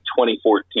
2014